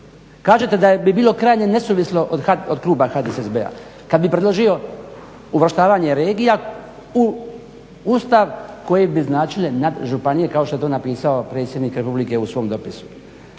Kažete da bi bilo krajnje nesuvislo od kluba HDSSB-a kad bi predložio uvrštavanje regija u Ustav koje bi značile nadžupanije kao što je to napisao predsjednik Republike u svom dopisu.